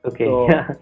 Okay